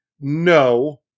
No